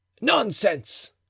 Nonsense